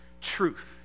truth